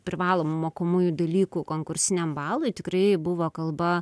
privalomų mokomųjų dalykų konkursiniam balui tikrai buvo kalba